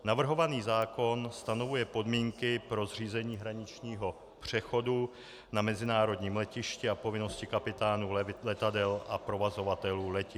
Navrhovaný zákon stanovuje podmínky pro zřízení hraničního přechodu na mezinárodním letišti a povinnosti kapitánů letadel a provozovatelů letišť.